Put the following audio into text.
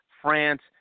France